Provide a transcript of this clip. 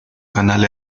canal